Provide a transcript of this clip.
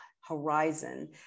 horizon